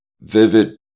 vivid